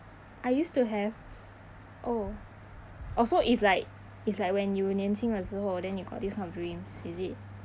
I used to have oh oh so it's like it's like when you 年轻的时候 then you got this kind of dreams is it